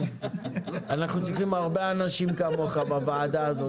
אנחנו צריכים הרבה אנשים כמוך בוועדה הזאת.